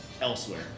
elsewhere